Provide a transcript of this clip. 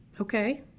Okay